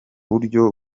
buryo